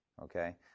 Okay